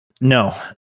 No